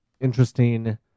interesting